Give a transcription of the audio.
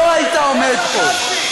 הרי לא היית עומד פה.